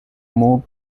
move